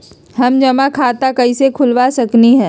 हम जमा खाता कइसे खुलवा सकली ह?